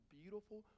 beautiful